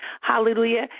Hallelujah